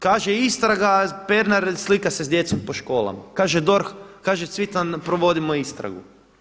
Kaže istraga Pernar slika se s djecom po školama, kaže DORH, kaže Cvitan provodimo istragu.